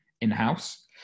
in-house